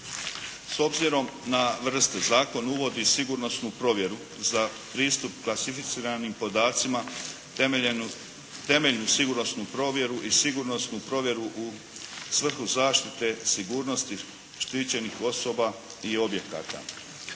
S obzirom na vrste zakon uvodi sigurnosnu provjeru za pristup klasificiranim podacima temeljnu sigurnosnu provjeru i sigurnosnu provjeru u svrhu zaštite sigurnosti štićenih osoba i objekata.